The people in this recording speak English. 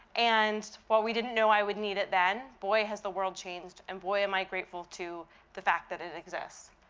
and while we didn't know i would need it then, boy has the world changed, and boy am i grateful to the fact that it exists.